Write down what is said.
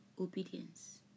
Obedience